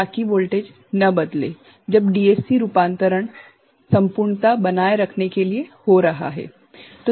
ताकि वोल्टेज न बदलें जब डीएसी रूपांतरण संपूर्णता बनाए रखने के लिए हो रहा है